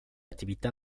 attività